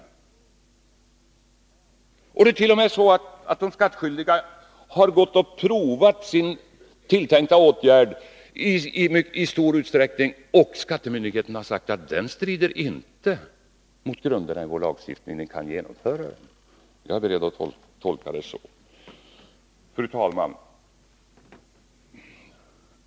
Skattskyldiga har t.o.m. i stor utsträckning prövat sin tilltänkta åtgärd hos skattemyndigheterna, och därifrån har man sagt att den inte strider mot grunderna i vår lagstiftning och därför kan vidtas. Jag är beredd att tolka det så. Fru talman!